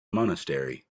monastery